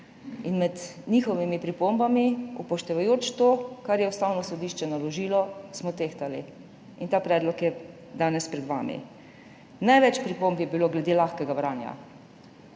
Med njihovimi pripombami, upoštevajoč to, kar je ustavno sodišče naložilo, smo tehtali. In ta predlog je danes pred vami. Največ pripomb je bilo glede lahkega branja.